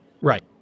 Right